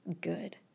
good